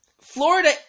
Florida